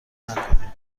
نکنین